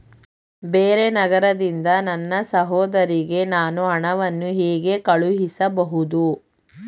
ಬೇರೆ ನಗರದಿಂದ ನನ್ನ ಸಹೋದರಿಗೆ ನಾನು ಹಣವನ್ನು ಹೇಗೆ ಕಳುಹಿಸಬಹುದು?